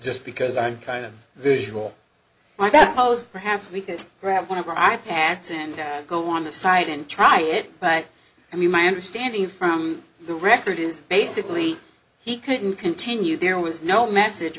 just because i'm kind of visual on that post perhaps we could grab one of our i pads and go on the site and try it but i mean my understanding from the record is basically he couldn't continue there was no message